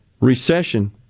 recession